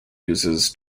uses